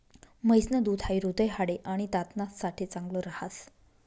म्हैस न दूध हाई हृदय, हाडे, आणि दात ना साठे चांगल राहस